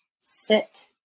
sit